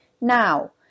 Now